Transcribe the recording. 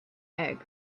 egg